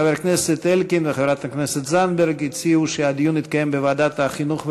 חבר הכנסת אלקין וחברת הכנסת זנדברג הציעו שהדיון יתקיים בוועדת החינוך,